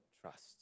trust